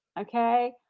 Okay